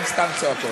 הן סתם צועקות,